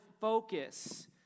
focus